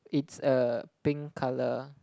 it's a pink colour